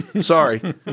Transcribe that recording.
Sorry